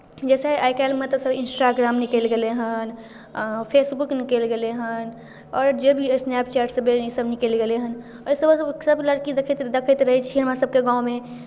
जैसे आइ काल्हिमे तऽ सभ इंस्टाग्राम निकलि गेलै हन फेसबुक निकलि गेलै हन आओर जे भी स्नैपचैट सभ ईसभ निकलि गेलै हेँ एहिसभक सभलड़की देखैत रहै छी हमरासभके गाममे